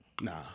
Nah